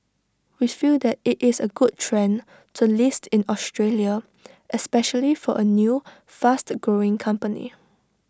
we feel that IT is A good trend to list in Australia especially for A new fast growing company